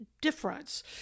difference